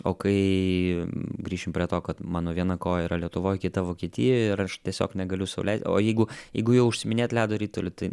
o kai grįšim prie to kad mano viena koja yra lietuvoje kita vokietijoj ir aš tiesiog negaliu sau lei o jeigu jeigu jau užsiiminėt ledo rituliu tai